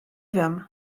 wiem